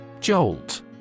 Jolt